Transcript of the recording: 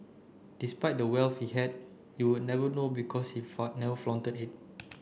despite the wealth he had you would never know because he never flaunted it